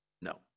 No